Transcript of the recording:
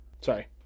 Sorry